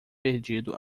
perdido